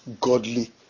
Godly